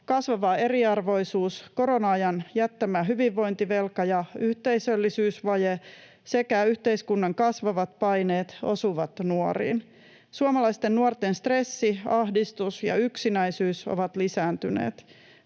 kasvava eriarvoisuus, korona-ajan jättämä hyvinvointivelka ja yhteisöllisyysvaje sekä yhteiskunnan kasvavat paineet osuvat nuoriin. Suomalaisten nuorten stressi, ahdistus ja yksinäisyys ovat lisääntyneet.